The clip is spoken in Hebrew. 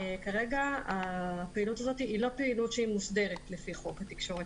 כרגע הפעילות הזאת היא לא פעילות מוסדרת לפי חוק התקשורת.